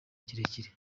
kirekire